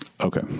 Okay